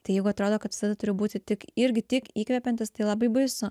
tai jeigu atrodo kad visada turi būti tik irgi tik įkvepiantis tai labai baisu